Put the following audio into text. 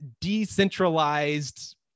decentralized